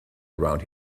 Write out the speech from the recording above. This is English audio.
around